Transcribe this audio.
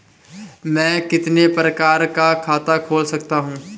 मैं कितने प्रकार का खाता खोल सकता हूँ?